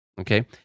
okay